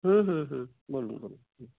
হুম হুম হুম বলুন বলুন